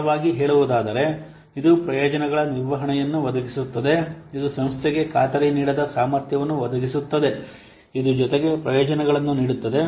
ಸರಳವಾಗಿ ಹೇಳುವುದಾದರೆ ಇದು ಪ್ರಯೋಜನಗಳ ನಿರ್ವಹಣೆಯನ್ನು ಒದಗಿಸುತ್ತದೆ ಇದು ಸಂಸ್ಥೆಗೆ ಖಾತರಿ ನೀಡದ ಸಾಮರ್ಥ್ಯವನ್ನು ಒದಗಿಸುತ್ತದೆ ಇದು ಜೊತೆಗೆ ಪ್ರಯೋಜನಗಳನ್ನು ನೀಡುತ್ತದೆ